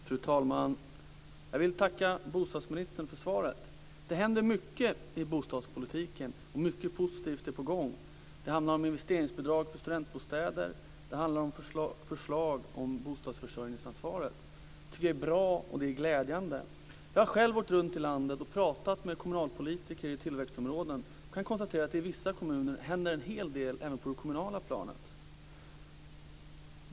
Fru talman! Jag vill tacka bostadsministern för svaret. Det händer mycket i bostadspolitiken och mycket positivt är på gång. Det handlar om investeringsbidrag till studentbostäder och förslag om bostadsförsörjningsansvaret. Jag tycker att det är bra och glädjande. Jag har själv åkt runt i landet och talat med kommunalpolitiker i tillväxtområden och kan konstatera att det i vissa kommuner händer en hel del även på det kommunala planet.